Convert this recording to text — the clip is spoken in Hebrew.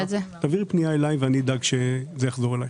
תעבירי פנייה אליי ואדאג שהתשובה תחזור אליך.